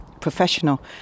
professional